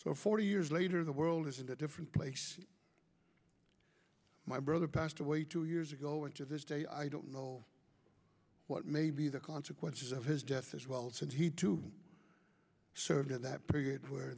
so forty years later the world isn't a different place my brother passed away two years ago and to this day i don't know what may be the consequences of his death as well since he too served at that period where